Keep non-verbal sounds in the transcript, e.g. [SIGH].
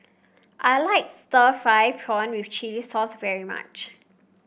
I like Stir Fried Prawn [UNINTELLIGIBLE] Chili Sauce very much